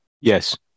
yes